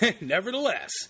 nevertheless